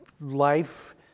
life